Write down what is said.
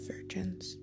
Virgins